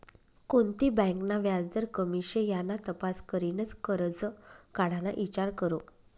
कोणती बँक ना व्याजदर कमी शे याना तपास करीनच करजं काढाना ईचार करो